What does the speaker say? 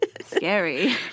Scary